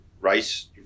rice